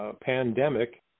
pandemic